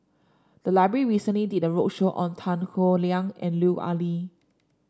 the library recently did a roadshow on Tan Howe Liang and Lut Ali